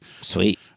Sweet